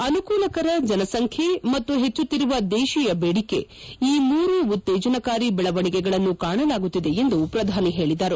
ಅನುಕೂಲಕರ ಜನಸಂಖ್ಯೆ ಮತ್ತು ಪೆಚ್ಚುಕ್ತಿರುವ ದೇಶೀಯ ಬೇಡಿಕೆ ಈ ಮೂರು ಉತ್ತೇಜನಕಾರಿ ಬೆಳವಣಿಗೆಗಳನ್ನು ಕಾಣಲಾಗುತ್ತಿದೆ ಎಂದು ಪ್ರಧಾನಿ ಹೇಳಿದರು